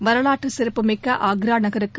வரலாற்று சிறப்புமிக்க ஆக்ரா நகருக்கு